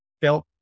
built